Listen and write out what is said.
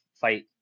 fight